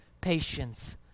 Patience